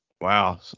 Wow